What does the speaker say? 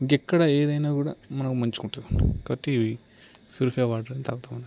ఇంకా ఎక్కడ ఏదైనా కూడా మనకి మంచిగా ఉంటుందన్నమాట కాబట్టి ఈ ప్యూరిఫై వాటర్ త్రాగుతాము అన్నట్టు